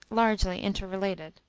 largely inter-related.